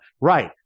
right